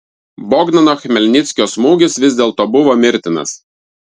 bogdano chmelnickio smūgis vis dėlto buvo mirtinas